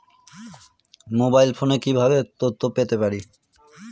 Mobile ফোনে কিভাবে তথ্য পেতে পারি?